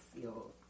feel